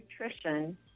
nutrition